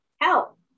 help